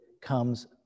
comes